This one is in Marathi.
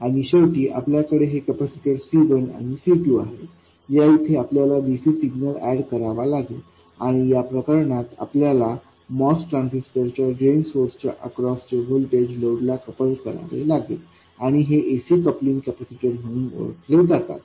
आणि शेवटी आपल्याकडे हे कॅपेसिटरC1आणिC2आहेत या इथे आपल्याला dc सिग्नल एड करावा लागतो आणि या प्रकरणात आपल्याला MOS ट्रान्झिस्टर च्या ड्रेन सोर्स च्या अक्रॉस चे व्होल्टेज लोड ला कपल करावे लागेल आणि हे ac कपलिंग कॅपेसिटर म्हणून ओळखले जातात